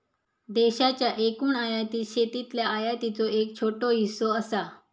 देशाच्या एकूण आयातीत शेतीतल्या आयातीचो एक छोटो हिस्सो असा